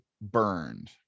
burned